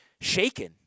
shaken